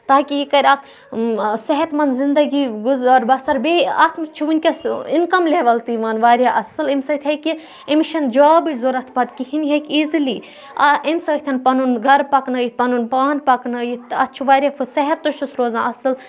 تاکہِ یہِ کَرِ اکھ صحت منٛد زِندگی گُزٲر بَسر بیٚیہِ اَتھ منٛز چھُ وٕنکیٚس اِنکَم لیول تہِ یِوان واریاہ اَصٕل اَمہِ سۭتۍ ہیٚکہِ أمِس چھےٚ نہٕ جابٕچ ضوٚرَتھ پَتہٕ کِہیٖنۍ یہِ ہیٚکہِ ایٖزِلی اَمہِ سۭتۍ پَنُن گرٕ پَکنٲیِتھ پَنُن پان پَکنٲیِتھ اَتھ چھُ واریاہ صحت تہِ چھُس روزان اَصٕل